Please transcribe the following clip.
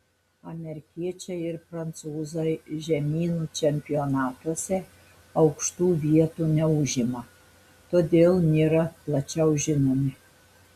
amerikiečiai ir prancūzai žemynų čempionatuose aukštų vietų neužima todėl nėra plačiau žinomi